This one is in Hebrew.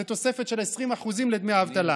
זאת תוספת של 20% לדמי האבטלה.